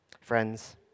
Friends